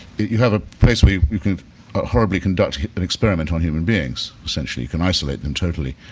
you have a place where you you can horribly conduct an experiment on human beings, essentially. you can isolate them totally.